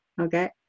Okay